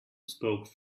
spoke